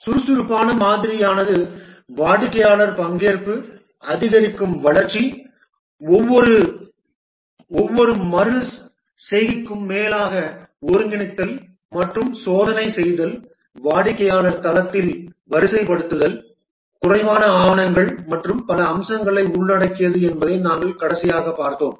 சுறுசுறுப்பான மாதிரியானது வாடிக்கையாளர் பங்கேற்பு அதிகரிக்கும் வளர்ச்சி ஒவ்வொரு மறு செய்கைக்கும் மேலாக ஒருங்கிணைத்தல் மற்றும் சோதனை செய்தல் வாடிக்கையாளர் தளத்தில் வரிசைப்படுத்துதல் குறைவான ஆவணங்கள் மற்றும் பல அம்சங்களை உள்ளடக்கியது என்பதை நாங்கள் கடைசியாக பார்த்தோம்